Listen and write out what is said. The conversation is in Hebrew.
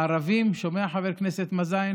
בערבים, שומעים, חבר כנסת מאזן?